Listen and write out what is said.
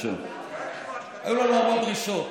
היו לנו המון דרישות.